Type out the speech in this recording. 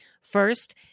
First